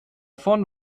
von